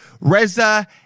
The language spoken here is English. Reza